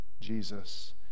Jesus